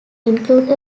include